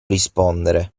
rispondere